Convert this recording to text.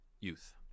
youth